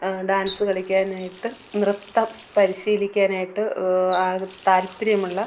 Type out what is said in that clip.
dance കളിക്കാനായിട്ട് നൃത്തം പരിശീലിക്കാനായിട്ട് അത് താല്പര്യമുള്ള